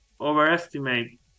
overestimate